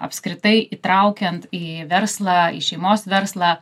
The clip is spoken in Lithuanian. apskritai įtraukiant į verslą į šeimos verslą